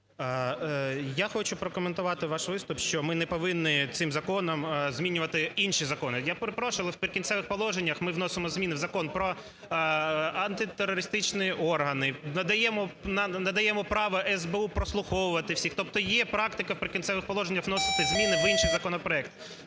Я хочу прокоментувати ваш виступ, що ми не повинні цим законом змінювати інші закони. Я перепрошую, але в "Прикінцевих положеннях" ми вносимо зміни в Закон про антитерористичні органи, надаємо право СБУ прослуховувати всіх, тобто є практика в "Прикінцевих положеннях" вносити зміни в інший законопроект.